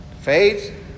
Faith